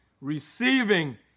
receiving